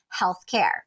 healthcare